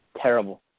terrible